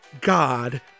God